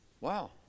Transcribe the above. Wow